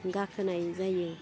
गाखोनाय जायो